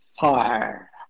fire